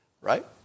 Right